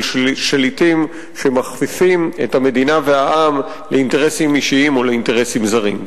שליטים שמכפיפים את המדינה והעם לאינטרסים אישיים או לאינטרסים זרים.